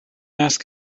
ask